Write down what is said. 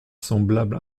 semblable